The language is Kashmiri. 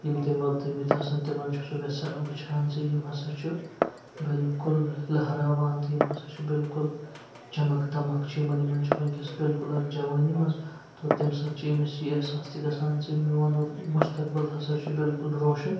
یِم تٔمۍ وۄبدٲومٕتۍ آسن تِمن چھُ سُہ ویٚژھا وُچھان زِ یِم ہسا چھُ بالکُل لہراوان تہٕ یِم ہسا چھِ بالکُل چمک دمکھ چھِ یِمن یِمن چھُ وٕنۍ کٮ۪س بالکُل اکھ جوٲنی منٛز تو تیٚمہِ ساتہٕ چھُ أمِس یہِ احساس تہِ گژھان زِ میون ہُہ مُستقبل ہسا چھُ بالکُل روشن